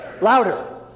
Louder